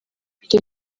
icyo